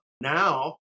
Now